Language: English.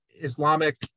Islamic